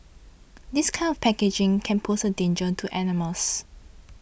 this kind of packaging can pose a danger to animals